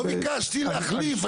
לא ביקשתי להחליף.